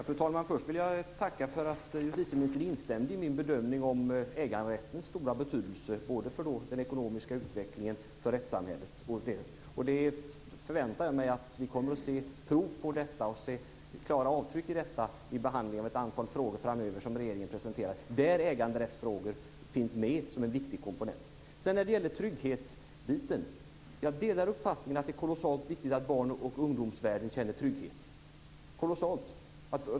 Fru talman! Först vill jag tacka för att justitieministern instämde i min bedömning av äganderättens stora betydelse både för den ekonomiska utvecklingen och för rättssamhället. Jag förväntar mig att vi kommer att se prov på detta, att vi kommer att se klara avtryck av detta i behandlingen av ett antal frågor som regeringen presenterar framöver, där äganderättsfrågor finns med som en viktig komponent. Så till tryggheten. Jag delar uppfattningen att det är kolossalt viktigt att barn och ungdomsvärlden känner trygghet.